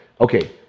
okay